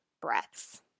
breaths